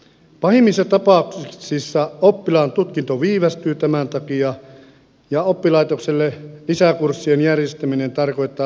pahimmissa tapauksissa oppilaan tutkinto viivästyy tämän takia ja oppilaitokselle lisäkurssien järjestäminen tarkoittaa lisäkustannuksia